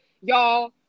y'all